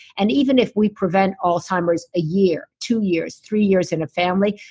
and even if we prevent alzheimer's a year, two years, three years in a family,